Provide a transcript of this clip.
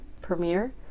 premiere